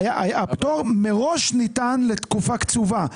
הפטור מראש ניתן לתקופה קצובה.